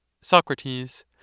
Socrates